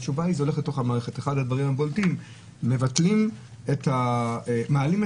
אחד הדברים הבולטים הוא שמעלים את מחיר